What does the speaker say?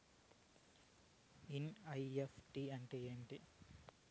NEFT అంటే ఏమి